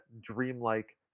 dreamlike